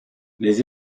les